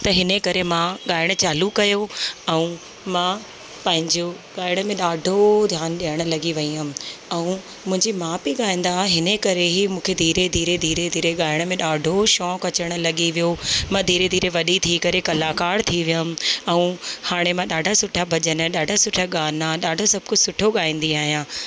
त हिन करे मां ॻाइणु चालू कयो ऐं मां पंहिंजो ॻाइण में ॾाढो ध्यानु ॾियण लॻी वई हुअमि ऐं मुंहिंजी माउ पीउ ॻाईंदा हुआ हिन करे ई मूंखे धीरे धीरे धीरे धीरे ॻाइण में ॾाढो शौक़ु अचणु लॻी वियो मां धीरे धीरे वॾी थी करे कलाकार थी वियमि ऐं हाणे मां ॾाढा सुठा भॼन ॾाढा सुठा गाना ॾाढो सभु कुझु सुठो ॻाईंदी आहियां